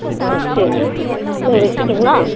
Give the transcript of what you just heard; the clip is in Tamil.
ஆ சரிங்கம்மா சரி வெச்சிர்ட்டுங்களா